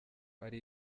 ari